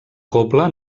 cobla